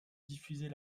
diffuser